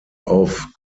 auf